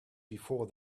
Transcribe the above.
before